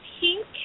pink